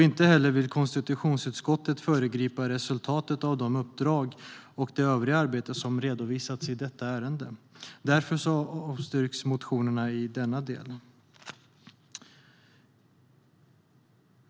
Inte heller vill konstitutionsutskottet föregripa resultatet av de uppdrag och det övriga arbete som redovisas i detta ärende. Därför avstyrks motionerna i denna del.